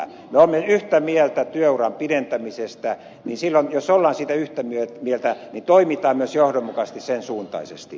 jos me olemme yhtä mieltä työuran pidentämisestä vision jossa ollaan sitä yhtä mieltä niin toimitaan myös johdonmukaisesti sen suuntaisesti